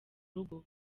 rugo